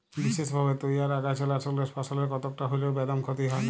বিসেসভাবে তইয়ার আগাছানাসকলে ফসলের কতকটা হল্যেও বেদম ক্ষতি হয় নাই